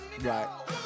Right